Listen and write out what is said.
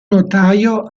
notaio